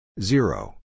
zero